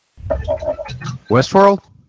Westworld